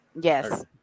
yes